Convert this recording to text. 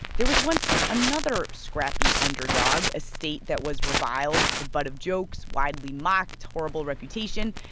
there was once another scrappy underdog a state that was reviled, the butt of jokes, widely mocked, horrible reputation.